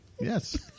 Yes